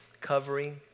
covering